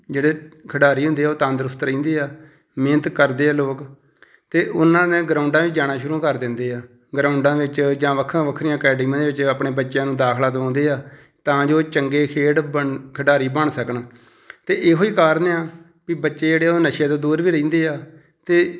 ਜਿਹੜੇ ਖਿਡਾਰੀ ਹੁੰਦੇ ਆ ਉਹ ਤੰਦਰੁਸਤ ਰਹਿੰਦੇ ਆ ਮਿਹਨਤ ਕਰਦੇ ਆ ਲੋਕ ਅਤੇ ਉਹਨਾਂ ਨੇ ਗਰਾਊਂਡਾਂ 'ਚ ਜਾਣਾ ਸ਼ੁਰੂ ਕਰ ਦਿੰਦੇ ਆ ਗਰਾਊਂਡਾਂ ਵਿੱਚ ਜਾਂ ਵੱਖੋ ਵੱਖਰੀਆਂ ਅਕੈਡਮੀਆਂ ਦੇ ਵਿੱਚ ਆਪਣੇ ਬੱਚਿਆਂ ਨੂੰ ਦਾਖਲਾ ਦਿਵਾਉਂਦੇ ਆ ਤਾਂ ਜੋ ਚੰਗੇ ਖੇਡ ਬਨ ਖਿਡਾਰੀ ਬਣ ਸਕਣ ਅਤੇ ਇਹੋ ਹੀ ਕਾਰਨ ਆ ਵੀ ਬੱਚੇ ਜਿਹੜੇ ਆ ਉਹ ਨਸ਼ਿਆਂ ਤੋਂ ਦੂਰ ਵੀ ਰਹਿੰਦੇ ਆ ਅਤੇ